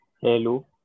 Hello